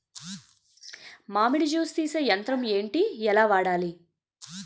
మామిడి జూస్ తీసే యంత్రం ఏంటి? ఎలా వాడాలి?